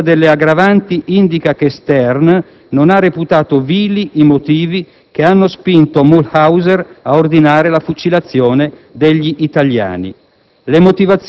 l'assenza delle aggravanti indica che Stern non ha reputato «vili» i motivi che hanno spinto Mühlhauser a ordinare la fucilazione degli italiani.